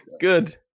Good